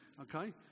okay